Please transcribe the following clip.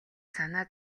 санаа